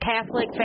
Catholic